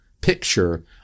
picture